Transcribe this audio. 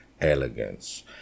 elegance